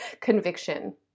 conviction